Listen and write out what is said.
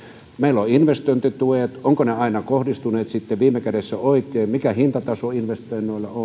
meillä on investointituet ovatko ne sitten viime kädessä kohdistuneet aina oikein mikä hintataso investoinneilla on